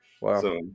Wow